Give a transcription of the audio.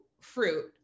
fruit